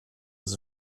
was